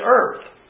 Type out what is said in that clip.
earth